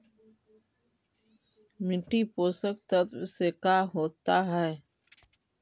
मिट्टी पोषक तत्त्व से का होता है?